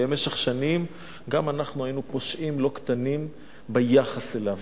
ובמשך שנים גם אנחנו היינו פושעים לא קטנים ביחס אליו,